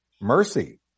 Mercy